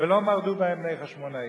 ולא מרדו בהם בני חשמונאי.